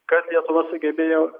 kad lietuva sugebėjo